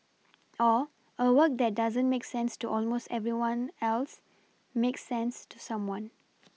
or a work that doesn't make sense to almost everyone else makes sense to someone